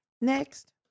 Next